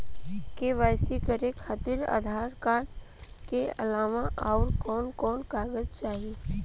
KYC करे खातिर Aadhaar card के अलावा आउरकवन कवन कागज चाहीं?